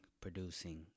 producing